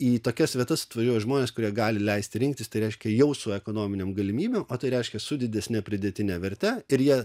į tokias vietas atvažiuoja žmonės kurie gali leisti rinktis tai reiškia jūsų ekonominėm galimybėm o tai reiškia su didesne pridėtine verte ir jie